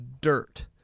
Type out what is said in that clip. dirt